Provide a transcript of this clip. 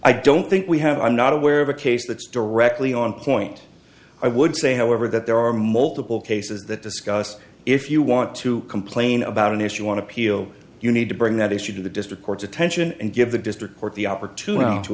i don't think we have i'm not aware of a case that's directly on point i would say however that there are multiple cases that discuss if you want to complain about an issue on appeal you need to bring that issue to the district court's attention and give the district court the opportunity to